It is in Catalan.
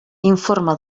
informe